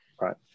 right